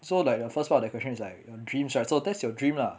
so like the first part of the question is like dreams right so that's your dream lah